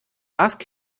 ask